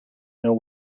know